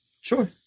Sure